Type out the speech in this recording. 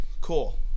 Cool